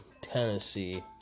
Tennessee